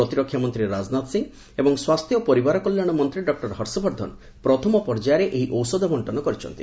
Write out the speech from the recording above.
ପ୍ରତିରକ୍ଷାମନ୍ତ୍ରୀ ରାଜନାଥ ସିଂ ଏବଂ ସ୍ୱାସ୍ଥ୍ୟ ଓ ପରିବାର କଲ୍ୟାଣ ମନ୍ତ୍ରୀ ଡକୁର ହର୍ଷବର୍ଦ୍ଧନ ପ୍ରଥମ ପର୍ଯ୍ୟାୟରେ ଏହି ଔଷଧ ବଣ୍ଟନ କରିଛନ୍ତି